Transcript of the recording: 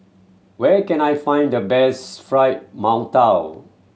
where can I find the best Fried Mantou